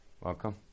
Welcome